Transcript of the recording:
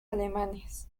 alemanes